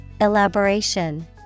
Elaboration